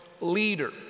leader